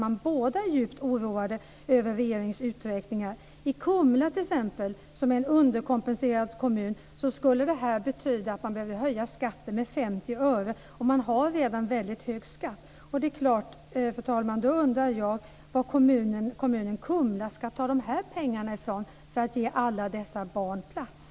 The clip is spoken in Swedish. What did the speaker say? I båda är man djupt oroad över regeringens uträkningar. I t.ex. Kumla, som är en underkompenserad kommun, skulle detta betyda att man behövde höja skatten med 50 öre, och man har redan väldigt hög skatt. Då undrar jag förstås, fru talman, var kommunen Kumla ska ta de här pengarna ifrån för att ge alla dessa barn plats.